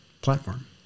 platform